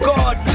God